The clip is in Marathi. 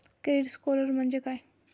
क्रेडिट स्कोअर म्हणजे काय?